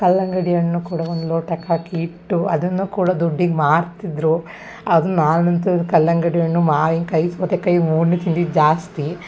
ಕಲ್ಲಂಗಡಿ ಹಣ್ಣು ಕೂಡ ಒಂದು ಲೋಟಕ್ಕೆ ಹಾಕಿ ಇಟ್ಟು ಅದನ್ನೂ ಕೂಡ ದುಡ್ಡಿಗೆ ಮಾರ್ತಿದ್ದರು ಅದು ನಾನಂತೂ ಕಲ್ಲಂಗಡಿ ಹಣ್ಣು ಮಾವಿನಕಾಯಿ ಮತ್ತು ಸೌತೆಕಾಯಿ ಮೂರನ್ನೂ ತಿಂದಿದ್ದು ಜಾಸ್ತಿ